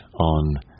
on